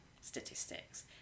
statistics